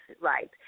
right